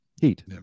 heat